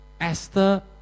Esther